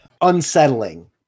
unsettling